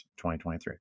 2023